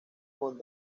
con